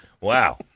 Wow